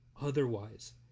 otherwise